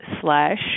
slash